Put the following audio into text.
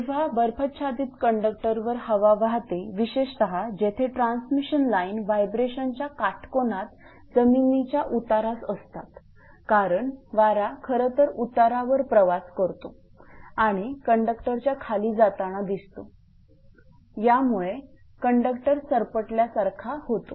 जेव्हा बर्फाच्छादित कंडक्टरवर हवा वाहते विशेषत जेथे ट्रान्समिशन लाईन व्हायब्रेशनच्या काटकोनात जमिनीच्या उतारास असतात कारण वारा खरंतर उतारावर प्रवास करतो आणि कंडक्टरच्या खाली जाताना दिसतो यामुळे कंडक्टर सरपटल्यासारखा होतो